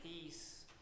peace